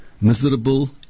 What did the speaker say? miserable